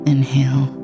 Inhale